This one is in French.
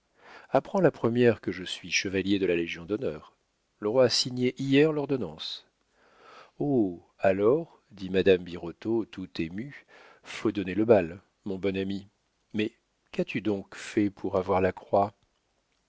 apprends la première que je suis chevalier de la légion-d'honneur le roi a signé hier l'ordonnance oh alors dit madame birotteau tout émue faut donner le bal mon bon ami mais qu'as-tu donc tant fait pour avoir la croix